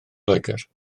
loegr